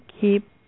Keep